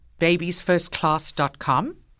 Babiesfirstclass.com